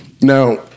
Now